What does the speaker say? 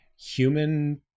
human